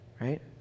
right